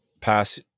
pass